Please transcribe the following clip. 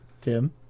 Tim